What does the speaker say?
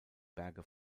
berge